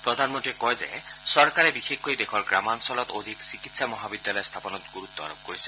প্ৰধানমন্ত্ৰী কয় যে বিশেষকৈ দেশৰ গ্ৰামাঞ্চলত অধিক চিকিৎসা মহাবিদ্যালয় স্থাপনত গুৰুত্ব আৰোপ কৰিছে